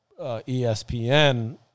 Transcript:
ESPN